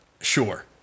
Sure